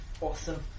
Awesome